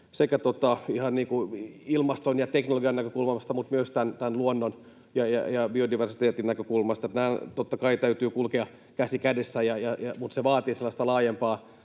ihan ilmaston ja teknologian näkökulmasta että myös luonnon ja biodiversiteetin näkökulmasta. Näiden totta kai täytyy kulkea käsi kädessä, mutta se vaatii sellaista